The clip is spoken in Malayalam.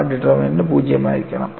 ആ ഡിറ്റർമിനന്റ് 0 ആയിരിക്കണം